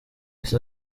ese